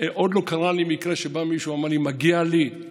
עוד לא קרה לי מקרה שבא מישהו ואמר: מגיע לי,